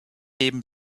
heben